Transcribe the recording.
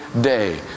day